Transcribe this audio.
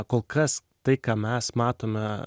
kol kas tai ką mes matome